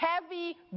heavy